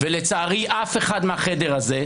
ולצערי אף אחד מהחדר הזה,